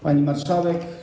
Pani Marszałek!